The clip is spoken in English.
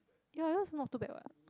ya yours not too bad [what]